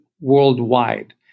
worldwide